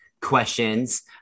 questions